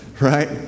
right